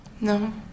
no